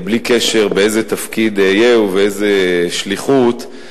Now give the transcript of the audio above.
בלי קשר באיזה תפקיד אהיה ובאיזו שליחות,